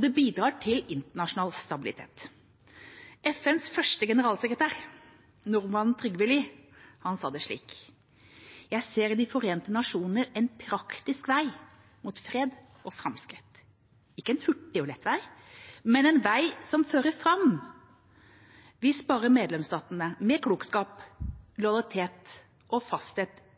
De bidrar til internasjonal stabilitet. FNs første generalsekretær, nordmannen Trygve Lie, sa det slik: Jeg ser i De forente nasjoner en praktisk vei mot fred og framskritt – ikke en hurtig og lett vei, men en vei som fører fram, hvis bare medlemsstatene med klokskap, lojalitet og fasthet